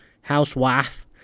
housewife